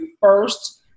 first